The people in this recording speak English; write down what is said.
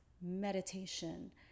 meditation